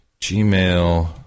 Gmail